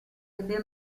ebbe